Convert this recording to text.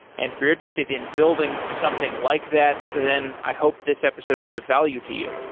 and if you're interested in building something like that, then i hope this episode is of value to you